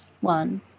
one